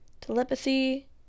telepathy